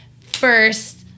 first